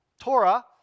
Torah